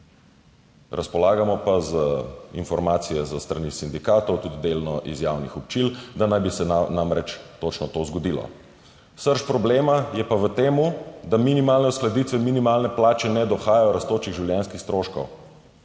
Razpolagamo pa z informacijo s strani sindikatov, tudi delno iz javnih občil, da naj bi se namreč točno to zgodilo. Srž problema je pa v tem, da minimalne uskladitve minimalne plače ne dohajajo rastočih življenjskih stroškov,